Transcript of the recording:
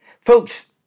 Folks